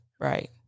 Right